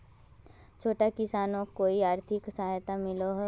छोटो किसानोक कोई आर्थिक सहायता मिलोहो होबे?